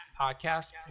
podcast